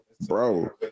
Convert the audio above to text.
bro